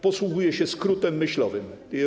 Posługuję się skrótem myślowym.